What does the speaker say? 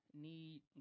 need